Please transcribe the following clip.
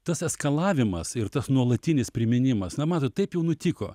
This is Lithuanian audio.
tas eskalavimas ir tas nuolatinis priminimas na matot taip jau nutiko